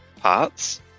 parts